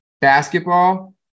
basketball